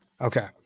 Okay